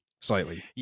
slightly